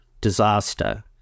disaster